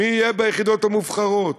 מי יהיה ביחידות המובחרות?